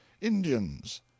indians